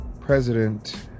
president